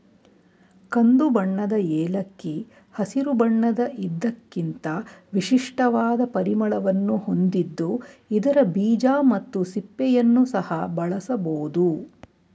ಕಂದುಬಣ್ಣದ ಏಲಕ್ಕಿ ಹಸಿರು ಬಣ್ಣದ ಇದಕ್ಕಿಂತ ವಿಶಿಷ್ಟವಾದ ಪರಿಮಳವನ್ನು ಹೊಂದಿದ್ದು ಇದರ ಬೀಜ ಮತ್ತು ಸಿಪ್ಪೆಯನ್ನು ಸಹ ಬಳಸಬೋದು